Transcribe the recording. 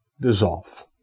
dissolve